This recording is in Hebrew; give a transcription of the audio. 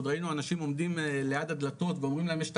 ראינו אנשים עומדים ליד הדלתות ואומרים להם יש תקלה,